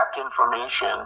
information